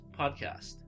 podcast